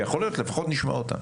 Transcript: שיכול להיות, לפחות נשמע אותם.